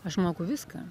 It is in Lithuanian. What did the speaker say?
aš moku viską